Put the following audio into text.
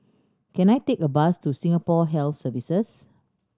can I take a bus to Singapore Health Services